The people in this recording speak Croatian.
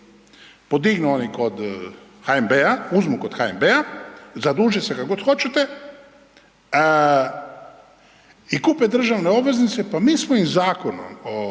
podignu oni kod HNB-a, uzmu kod HNB-a, zaduže se, kako god hoćete, i kupe državne obveznice, pa mi smo im Zakonom o